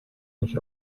nicht